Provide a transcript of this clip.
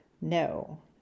No